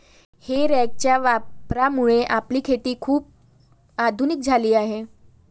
हे रॅकच्या वापरामुळे आपली शेती खूप आधुनिक झाली आहे